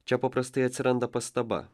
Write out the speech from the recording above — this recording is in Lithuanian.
čia paprastai atsiranda pastaba